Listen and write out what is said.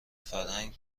فرهنگ